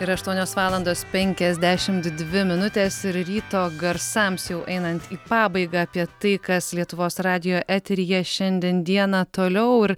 yra aštuonios valandos penkiasdešimt dvi minutės ir ryto garsams jau einant į pabaigą apie tai kas lietuvos radijo eteryje šiandien dieną toliau ir